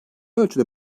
ölçüde